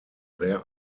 there